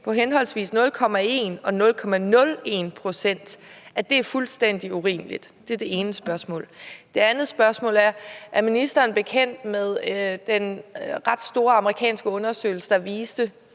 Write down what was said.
på henholdsvis 0,1 og 0,01 pct. er fuldstændig urimeligt? Det er det ene spørgsmål. Det andet spørgsmål er: Er ministeren bekendt med den ret store amerikanske undersøgelse, der viste